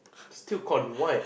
still con what